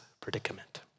predicament